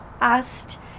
asked